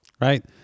right